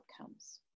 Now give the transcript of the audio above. outcomes